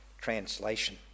translation